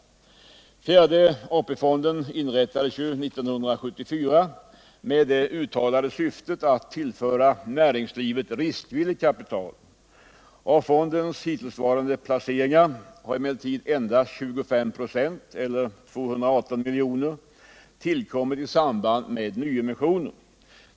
Fjärde AP-fonden inrättades ju år 1974 med det uttalade syftet att tillföra näringslivet riskvilligt kapital. Av fondens hittillsvarande placeringar har emellertid endast 25 24 eller 218 milj.kr. tillkommit i samband med nyemissioner.